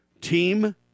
team